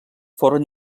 foren